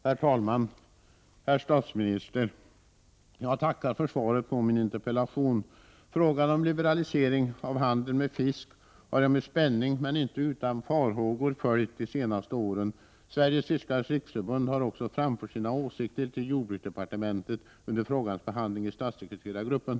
Herr talman! Herr statsminister! Jag tackar för svaret på min interpellation. : Frågan om liberalisering av handeln med fisk har jag med spänning, men inte utan farhågor, följt de senaste åren. Sveriges fiskares riksförbund har också framfört sina åsikter till jordbruksdepartementet under frågans behandling i statssekreterargruppen.